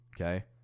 okay